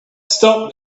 stop